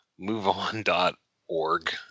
MoveOn.org